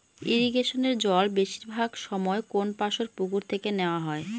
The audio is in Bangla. ইরিগেশনের জল বেশিরভাগ সময় কোনপাশর পুকুর থেকে নেওয়া হয়